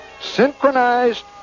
synchronized